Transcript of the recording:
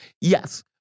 yes